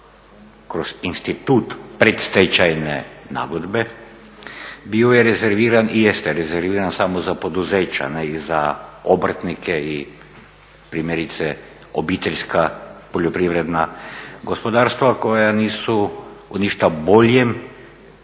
kroz institut predstečajne nagodbe bio je rezerviran i jeste rezerviran samo za poduzeća, ne i za obrtnike i primjerice obiteljska poljoprivredna gospodarstva koja nisu u ništa boljem